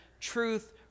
truth